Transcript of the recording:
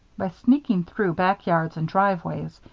by sneaking through backyards and driveways,